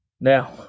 Now